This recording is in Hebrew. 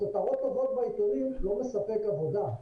כותרות טובות בעיתונים לא מספקות עבודה.